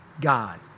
God